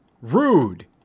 Rude